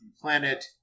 planet